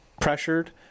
pressured